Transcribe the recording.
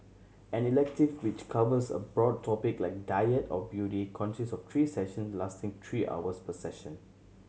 an elective which covers a broad topic like diet or beauty consists of three session lasting three hours per session